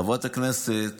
חברת הכנסת